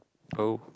oh